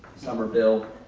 somerville,